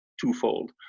twofold